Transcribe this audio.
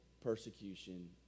persecution